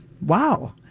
wow